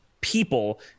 people